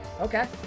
Okay